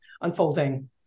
unfolding